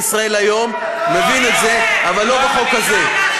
אבל לא בחוק הזה.